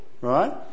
right